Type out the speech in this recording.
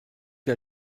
que